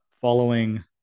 following